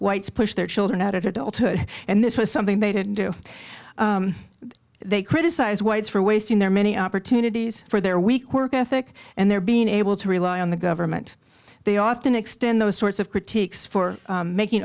whites push their children out at adulthood and this was something they didn't do they criticize whites for wasting their many opportunities for their weak work ethic and their being able to rely on the government they often extend those sorts of critiques for making